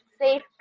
safe